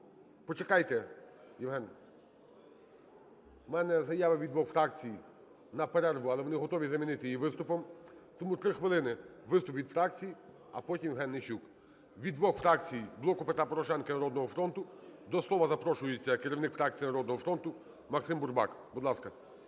почекайте, Євген. У мене заява від двох фракцій на перерву, але вони готові замінити її виступом. Тому 3 хвилини виступ від фракцій, а потім Євген Нищук. Від двох фракцій - "Блоку Петра Порошенка" і "Народного фронту" - до слова запрошується керівник фракції "Народного фронту" Максим Бурбак. Будь ласка.